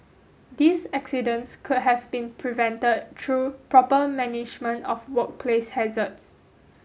these accidents could have been prevented through proper management of workplace hazards